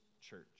church